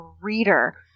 reader